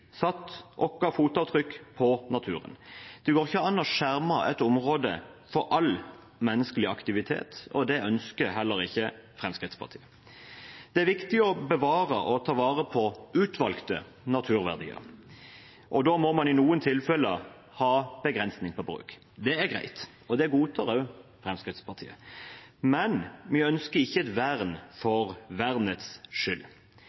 satt våre fotavtrykk på naturen. Det går ikke an å skjerme et område for all menneskelig aktivitet, og det ønsker heller ikke Fremskrittspartiet. Det er viktig å bevare og ta vare på utvalgte naturverdier, og da må man i noen tilfeller ha begrensninger på bruk. Det er greit, og det godtar også Fremskrittspartiet. Men vi ønsker ikke et vern for vernets skyld.